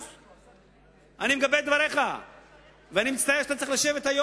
שליש, אבישי, תסלח לי.